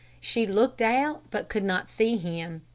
she looked out, but could not see him.